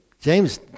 James